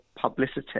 publicity